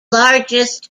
largest